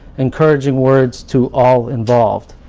encouraging words to all involved.